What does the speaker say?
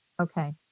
Okay